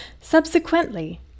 Subsequently